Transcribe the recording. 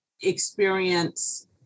experience